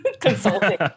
consulting